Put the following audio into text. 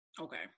okay